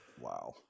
wow